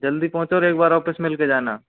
जल्दी पहुँचो और एक बार ऑफ़िस मिलके जाना